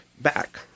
back